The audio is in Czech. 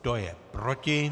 Kdo je proti?